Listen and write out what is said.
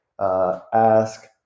Ask